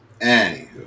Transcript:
Anywho